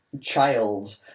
child